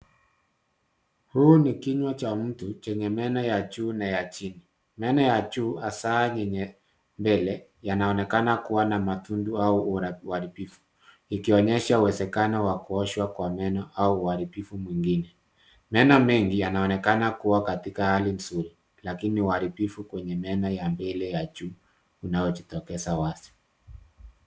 Huu ni kinywa cha mtu chenye meno ya juu na ya chini. Meno ya juu hasaa mbele yanaonekana kuwa na matundu au uharibifu ikionyesha uwezekano wa kuoshwa kwa meno au uharibifu mwingine. Meno mingi yanaonekana kuwa katika hali nzuri lakini uharibifu kwenye meno ya mbele ya juu unaojitokeza wazi.